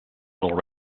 little